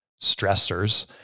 stressors